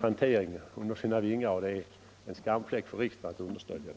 hantering under sina vingar, och det är en skamfläck för riksdagen att understödja den.